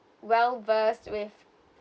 well versed with